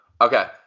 Okay